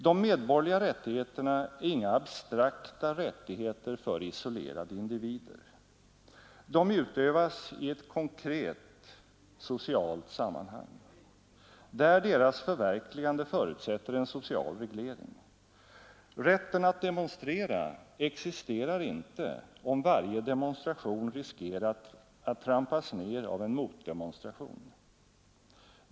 ”De medborgerliga rättigheterna är inga abstrakta rättigheter för isolerade individer. De utövas i ett konkret socialt sammanhang, där deras förverkligande förutsätter en social reglering. Rätten att demonstrera existerar inte, om varje demonstration riskerar att trampas ner av en motdemonstration.